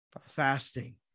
fasting